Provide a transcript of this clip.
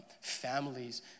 families